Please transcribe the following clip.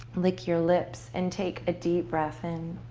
lick your lips and take a deep breath in.